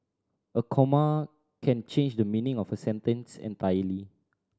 a comma can change the meaning of a sentence entirely